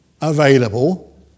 available